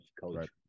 Coach